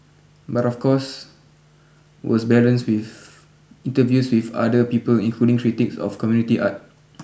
but of course was balanced with interviews with other people including critics of community art